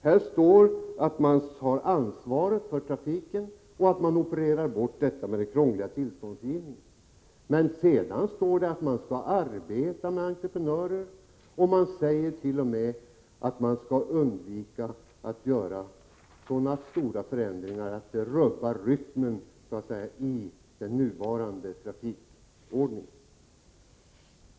Här står att man tar ansvaret för trafiken och att man opererar bort den krångliga tillståndsgivningen. Men sedan står det att länsbolagen skall arbeta med entreprenörer. Det sägs t.o.m. att stora förändringar skall undvikas som så att säga rubbar rytmen i den nuvarande trafikordningen.